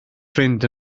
ffrind